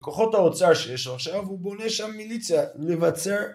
כוחות האוצר שיש עכשיו הוא בונה שם מיליציה לבצר